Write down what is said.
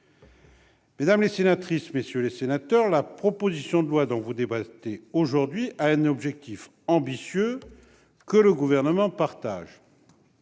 Mesdames les sénatrices, messieurs les sénateurs, la proposition de loi dont vous débattez aujourd'hui a un objectif ambitieux, que le Gouvernement partage,